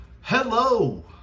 Hello